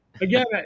again